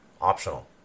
optional